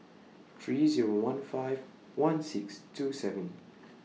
three Zero one five one six two seven